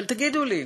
אבל תגידו לי,